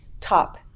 top